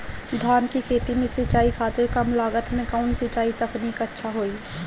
धान के खेती में सिंचाई खातिर कम लागत में कउन सिंचाई तकनीक अच्छा होई?